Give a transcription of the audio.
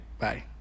bye